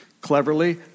cleverly